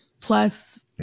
plus